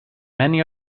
many